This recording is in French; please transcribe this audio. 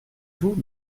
vous